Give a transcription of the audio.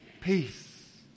Peace